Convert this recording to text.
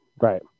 Right